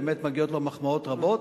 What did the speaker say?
ואני רוצה לברך אותו,